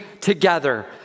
together